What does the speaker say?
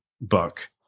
book